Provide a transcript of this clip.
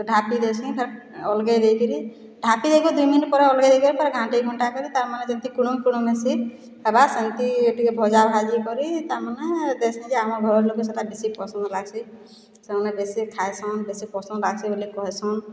ଢାପି ଦେସିଁ ଫେର୍ ଅଲ୍ଗେଇ ଦେଇକିରି ଢାପିଦେଇକରି ଦୁଇ ମିନିଟ୍ ପରେ ଅଲ୍ଗେଇ ଦେଇକରି ଫେରେ ଘାଣ୍ଟିଘୁଁଟା କରି ତାମାନେ ଜେମିତି କୁରମ୍ କୁରମ୍ ହେସି ହେବା ସେନ୍ତି ଟିକେ ଭଜା ଭାଜିକରି ତାମାନେ ଦେସିଁ ଯେ ଆମର୍ ଘରର୍ଲୋକକେ ସେଟା ବେଶୀ ପସନ୍ଦ୍ ଲାଗ୍ସି ସେମାନେ ବେଶୀ ଖାଏସନ୍ ବେଶୀ ପସନ୍ଦ୍ ଆସୁଛେବୋଲି କହେସନ୍